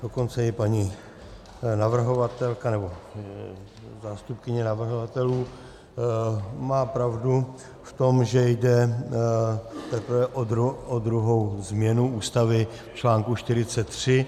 Dokonce i paní navrhovatelka, nebo zástupkyně navrhovatelů, má pravdu v tom, že jde teprve o druhou změnu Ústavy, článku 43.